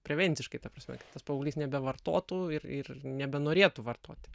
prevenciškai ta prasme kad tas paauglys nebevartotų ir ir nebenorėtų vartoti